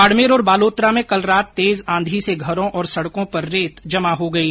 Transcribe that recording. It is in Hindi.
बाडमेर और बालोतरा में कल रात तेज आंधी से घरों और सडको पर रेत जमा हो गई